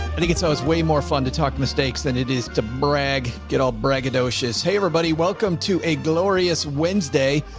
i think it's always way more fun to talk to mistakes than it is to brag. get all braggadocious. hey everybody. welcome to a glorious wednesday.